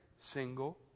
single